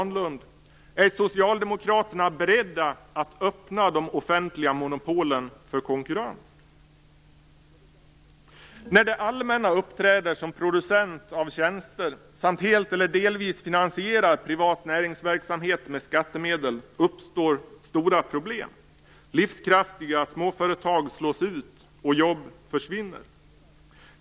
När det allmänna uppträder som producent av tjänster samt helt eller delvis finansierar privat näringsverksamhet med skattemedel uppstår stora problem - livskraftiga småföretag slås ut och jobb försvinner.